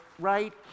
right